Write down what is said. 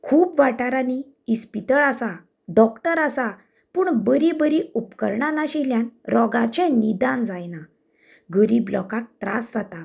खूब वाठारांनी इस्पितळ आसा डॉक्टर आसा पूण बरी बरी उपकराणां नाशिल्ल्यान रोगाचे निदान जायना गरीब लोकांक त्रास जाता